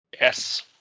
Yes